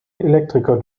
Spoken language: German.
elektriker